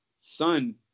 son